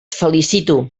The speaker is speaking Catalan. felicito